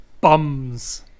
Bums